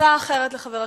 הצעה אחרת לחבר הכנסת,